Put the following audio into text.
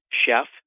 chef